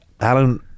Alan